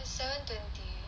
it's seven twenty